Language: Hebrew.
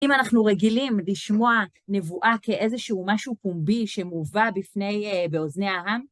אם אנחנו רגילים לשמוע נבואה כאיזשהו משהו פומבי שמובא בפני... באוזני העם